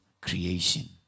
creation